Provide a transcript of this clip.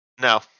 No